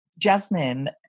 Jasmine